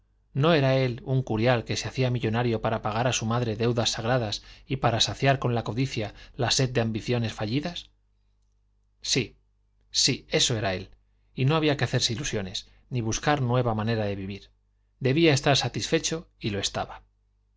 no era él un curial que se hacía millonario para pagar a su madre deudas sagradas y para saciar con la codicia la sed de ambiciones fallidas sí sí eso era él y no había que hacerse ilusiones ni buscar nueva manera de vivir debía estar satisfecho y lo estaba